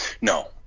No